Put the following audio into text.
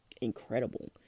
incredible